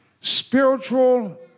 spiritual